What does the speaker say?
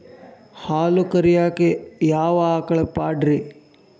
ಹಾಲು ಕರಿಯಾಕ ಯಾವ ಆಕಳ ಪಾಡ್ರೇ?